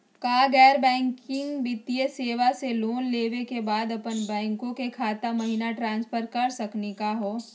का गैर बैंकिंग वित्तीय सेवाएं स लोन लेवै के बाद अपन बैंको के खाता महिना ट्रांसफर कर सकनी का हो?